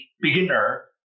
beginner